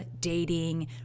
dating